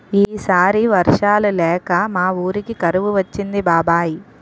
ఈ సారి వర్షాలు లేక మా వూరికి కరువు వచ్చింది బాబాయ్